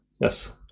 Yes